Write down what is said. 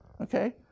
Okay